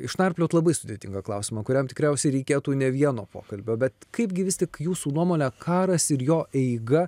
išnarpliot labai sudėtingą klausimą kuriam tikriausiai reikėtų ne vieno pokalbio bet kaipgi vis tik jūsų nuomone karas ir jo eiga